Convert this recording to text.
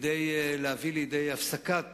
כדי להביא לידי הפסקת